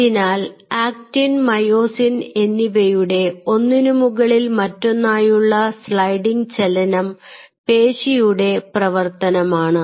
അതിനാൽ actin myosin എന്നിവയുടെ ഒന്നിനുമുകളിൽ മറ്റൊന്നായുള്ള സ്ലൈഡിങ് ചലനം പേശിയുടെ പ്രവർത്തനമാണ്